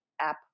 app